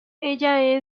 ella